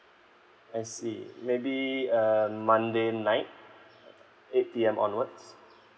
I see maybe um monday night eight P_M onwards